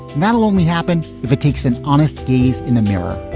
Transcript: that'll only happen if it takes an honest gaze in the mirror.